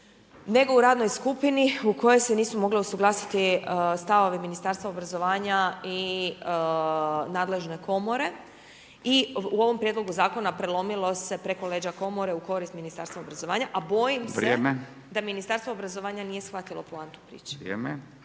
nego u radnoj skupini u kojoj se nisu mogli usuglasiti stavovi Ministarstva obrazovanja i nadležne komore i u ovom prijedlogu zakona prelomilo se preko leđa komore u korist Ministarstva obrazovanja, a bojim se da Ministarstvo obrazovanja nije shvatilo poantu priče.